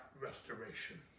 restoration